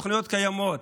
התוכניות קיימות.